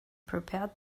prepared